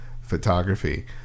photography